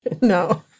No